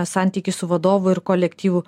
santykį su vadovu ir kolektyvu